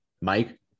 Mike